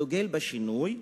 הדוגל בשינוי,